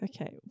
Okay